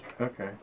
okay